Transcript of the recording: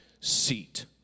seat